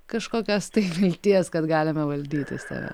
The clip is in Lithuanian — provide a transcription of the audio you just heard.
kažkokios tai vilties kad galime valdyti save